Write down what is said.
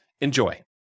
Enjoy